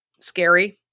scary